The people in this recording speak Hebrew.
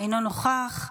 אינו נוכח.